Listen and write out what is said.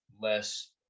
less